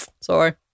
Sorry